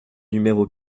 numéro